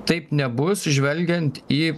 taip nebus žvelgiant į